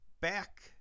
back